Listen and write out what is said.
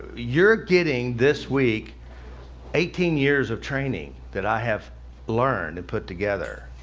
you're getting this week eighteen years of training that i have learned and put together.